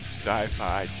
Sci-Fi